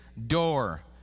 door